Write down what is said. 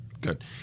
Good